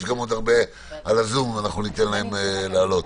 יש גם הרבה אנשים שזום שניתן להם לעלות.